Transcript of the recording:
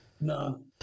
no